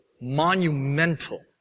monumental